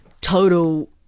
total